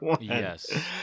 yes